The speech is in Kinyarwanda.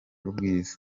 ubwiza